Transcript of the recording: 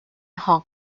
hong